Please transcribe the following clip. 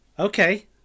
Okay